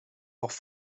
auch